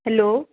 hello